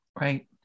Right